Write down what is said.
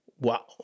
wow